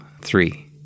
Three